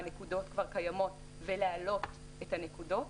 נקודות שכבר קיימות ולהעלות את הנקודות,